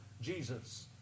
Jesus